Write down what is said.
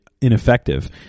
ineffective